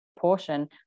portion